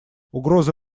угрозы